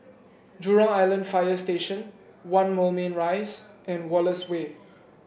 Jurong Island Fire Station One Moulmein Rise and Wallace Way